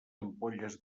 ampolles